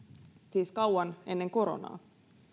siis kauan ennen koronaa